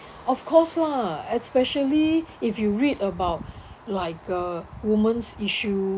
of course lah especially if you read about like uh women's issue